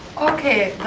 okay,